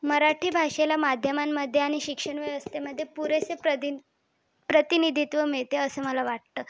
मराठी भाषेला माध्यमांमध्ये आणि शिक्षण व्यवस्थेमध्ये पुरेसे प्रधी प्रतिनिधित्व मिळते असं मला वाटतं